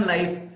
Life